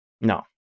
No